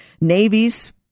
navies